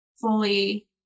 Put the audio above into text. fully